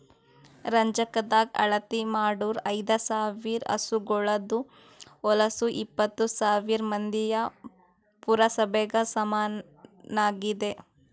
ರಂಜಕದಾಗ್ ಅಳತಿ ಮಾಡೂರ್ ಐದ ಸಾವಿರ್ ಹಸುಗೋಳದು ಹೊಲಸು ಎಪ್ಪತ್ತು ಸಾವಿರ್ ಮಂದಿಯ ಪುರಸಭೆಗ ಸಮನಾಗಿದೆ